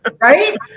right